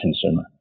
consumer